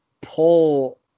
pull